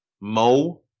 Mo